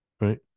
Right